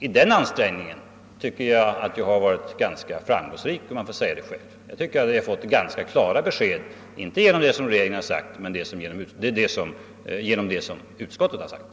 I den ansträngning en tycker jag att jag har varit ganska framgångsrik, om jag får säga det själv. Jag tycker att jag har fått ganska klara besked, inte genom det som regeringen har sagt men genom vad utskottet skrivit.